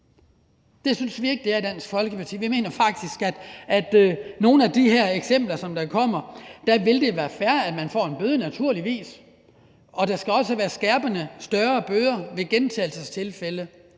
Det synes vi ikke det er i Dansk Folkeparti. Vi mener faktisk, at det i nogle af de eksempler, som kommer, vil være fair, at man får en bøde – naturligvis – og der skal også være skærpede, større bøder i gentagelsestilfælde.